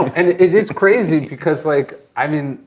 and it's crazy because like, i mean,